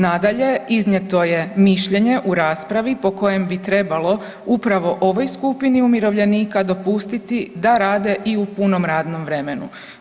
Nadalje, iznijeto je mišljenje u raspravi po kojem bi trebalo upravo ovoj skupini umirovljenika dopustiti da rade i u punom radnom vremenu.